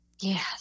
Yes